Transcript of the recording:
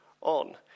on